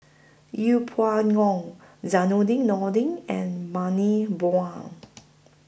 Yeng Pway Ngon Zainudin Nordin and Bani Buang